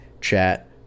chat